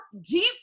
deep